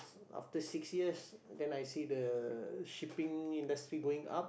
after six years then I see the shipping industry going up